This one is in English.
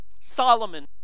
solomon